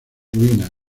ruinas